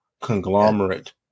conglomerate